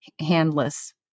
handless